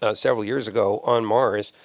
ah several years ago on mars,